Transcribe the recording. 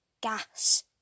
gas